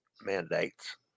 mandates